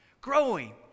growing